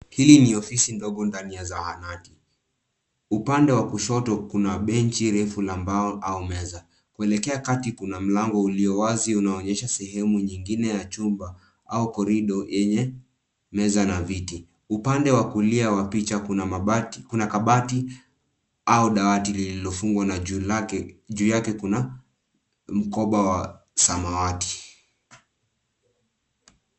Hii ni ofisi ndogo ndani ya zahanati. Upande wa kushoto kuna benchi refu la mbao au meza. Kuelekea kati kuna mlango ulio wazi unaoonyesha sehemu nyingine ya chumba au corridor yenye meza na viti. Upande wa kulia wa picha kuna kabati au dawati lililofungwa na juu yake kuna mkoba wa samawati.